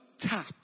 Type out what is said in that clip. tap